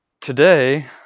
today